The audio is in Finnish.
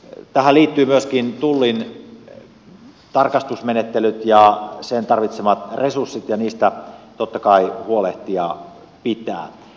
tähän liittyvät myöskin tullin tarkastusmenettelyt ja sen tarvitsemat resurssit ja niistä totta kai pitää huolehtia